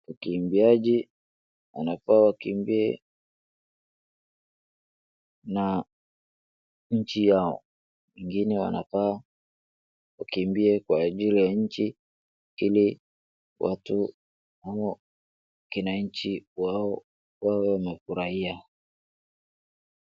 Wakimbiaji wanafaa wakimbie na nchi yao , wengine wanafaa wakimbie kwa ajili ya nchi ili watu wa nchi yao wawe wamefurahia.